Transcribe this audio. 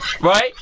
right